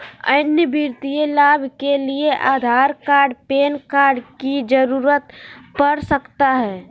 अन्य वित्तीय लाभ के लिए आधार कार्ड पैन कार्ड की जरूरत पड़ सकता है?